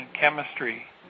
chemistry